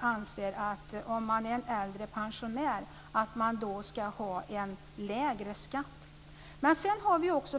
anser att en äldre pensionär ska ha lägre skatt.